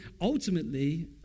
ultimately